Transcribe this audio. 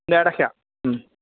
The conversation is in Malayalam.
അതിന്റെ ഇടയ്ക്കാണ്